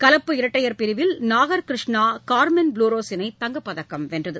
கலப்பு இரட்டையர் பிரிவில் நாகர் கிருஷ்ணா கார்மென் புளோரஸ் இணை தங்கப் பதக்கம் வென்றது